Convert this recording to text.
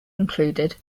included